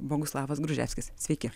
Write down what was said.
boguslavas gruževskis sveiki